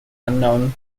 unknown